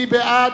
מי בעד?